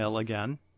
again